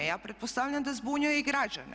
Ja pretpostavljam da zbunjuje i građane.